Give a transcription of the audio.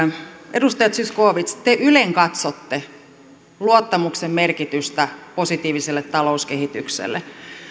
edustaja zyskowicz te ylenkatsotte luottamuksen merkitystä positiiviselle talouskehitykselle